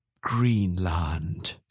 Greenland